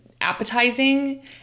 appetizing